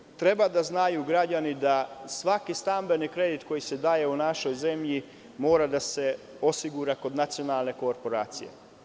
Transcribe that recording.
Građani treba da znaju da svaki stambeni kredit koji se daje u našoj zemlji mora da se osigura kod Nacionalne korporacije.